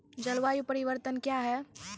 जलवायु परिवर्तन कया हैं?